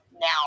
now